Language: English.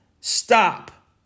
stop